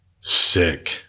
Sick